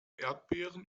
erdbeeren